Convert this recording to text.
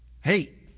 Hey